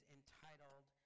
entitled